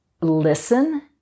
listen